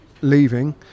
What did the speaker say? leaving